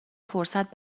فرصت